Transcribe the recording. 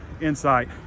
insight